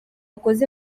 wakoze